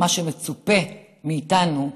מה שמצופה מאיתנו,